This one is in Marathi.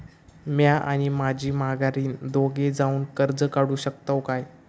म्या आणि माझी माघारीन दोघे जावून कर्ज काढू शकताव काय?